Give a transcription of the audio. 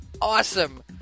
Awesome